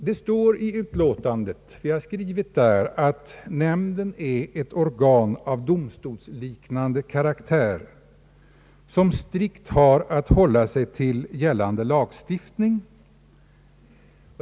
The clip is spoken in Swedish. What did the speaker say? Vi har skrivit i utlåtandet att nämnden är ett organ av domstolsliknande karaktär, som strikt har att hålla sig till gällande lagstiftning.